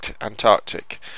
Antarctic